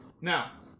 now